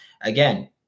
again